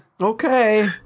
Okay